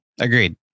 Agreed